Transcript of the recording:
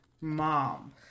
mom